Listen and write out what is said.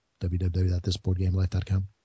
www.thisboardgamelife.com